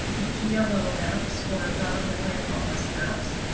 the ah glo maps or government land office maps,